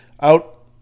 out